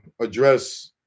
address